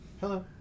Hello